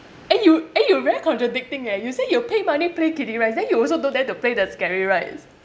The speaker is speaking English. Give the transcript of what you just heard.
eh you eh you very contradicting eh you say you pay money play kiddy rides then you also don't dare to play the scary rides